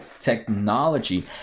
technology